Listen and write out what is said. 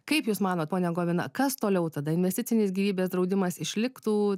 kaip jūs manot ponia govina kas toliau tada investicinis gyvybės draudimas išliktų